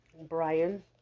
Brian